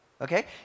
Okay